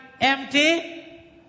empty